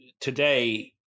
today